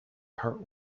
part